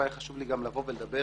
אבל היה לי חשוב גם לבוא ולדבר